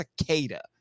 cicada